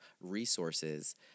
resources